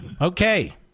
Okay